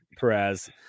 perez